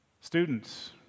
Students